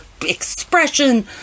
expression